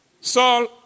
Saul